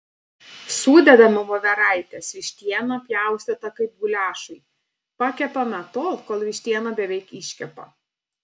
sudedame voveraites vištieną pjaustytą kaip guliašui pakepame tol kol vištiena beveik iškepa